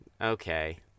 Okay